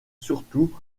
surtout